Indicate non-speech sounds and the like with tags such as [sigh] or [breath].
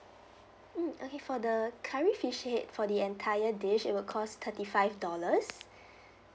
mm okay for the curry fish head for the entire dish it will cost thirty five dollars [breath]